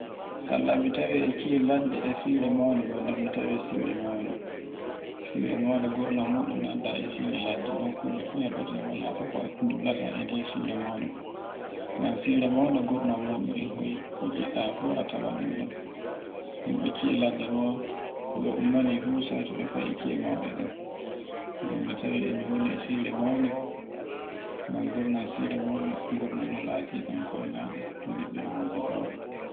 sarla mi tawe e sira ladde e sira maunde gonda mi tawe e sire maunde. Sira maunde gurna muɗunnanda e sira ladde ɗon kula fu e badi fu ko dullata e nder maunde. Ngam siramaunde gura mun ko ngiɗɗa fu a tawai dun. Himbe gura ladde kebe ummani fu sai to be fae ciaya mauden. gonde tawe e sira maunde ngam gurra sira maunde to neɗɗo e wodi bauɗe.